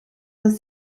was